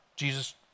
Jesus